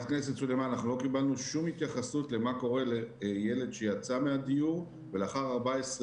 הוספנו המון תקציבים, כולל שיפוי עובדים